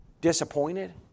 disappointed